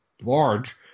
large